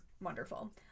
wonderful